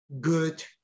good